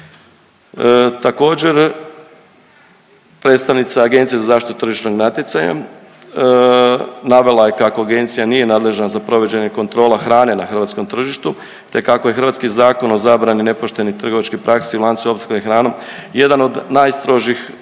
Također predstavnica Agencije za zaštitu tržišnog natjecanja navela je kako agencija nije nadležna za provođenje kontrola hrane na hrvatskom tržištu te kako je hrvatski Zakon o zabrani nepoštenih trgovačkih praksi u lancu opskrbe hranom jedan od najstrožih na